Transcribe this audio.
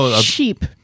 sheep